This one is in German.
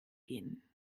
gehen